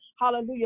hallelujah